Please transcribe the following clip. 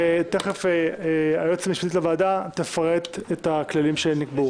תכף היועצת המשפטית לוועדה תפרט את הכללים שנקבעו.